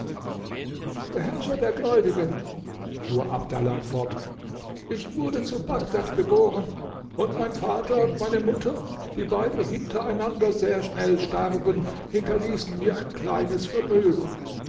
beherrscher der gläubigen fuhr abdallah fort ich wurde zu bagdad geboren und mein vater und meine mutter die beide hintereinander sehr schnell starben hinterließen mir ein kleines vermögen